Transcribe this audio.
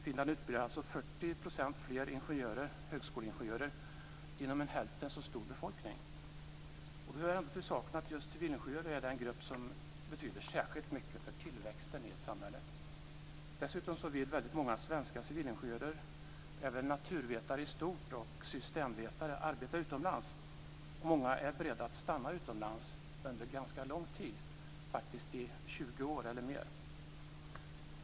Finland utbildar alltså 40 % fler högskoleingenjörer inom en hälften så stor befolkning. Då hör det till saken att just civilingenjörer är den grupp som betyder särskilt mycket för tillväxten i ett samhälle. Dessutom vill många svenska civilingenjörer, liksom naturvetare i stort och även systemvetare, arbeta utomlands. Många är också beredda att stanna utomlands under ganska lång tid, faktiskt i 20 år eller mer.